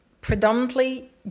predominantly